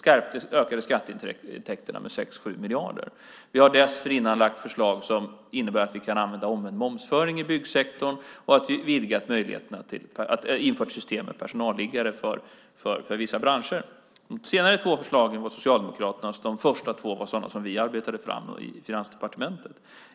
Det ökade skatteintäkterna med 6-7 miljarder. Vi har dessförinnan lagt fram förslag som innebär att vi kan använda omvänd momsföring i byggsektorn, och vi har infört system med personalliggare för vissa branscher. De senare två förslagen var Socialdemokraternas. De första två var sådana som vi arbetade fram i Finansdepartementet.